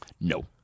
No